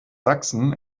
sachsen